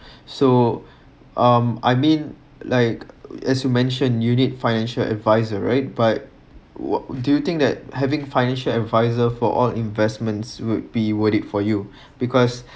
so um I mean like as you mention you need financial adviser right but what do you think that having financial adviser for all investments would be worth it for you because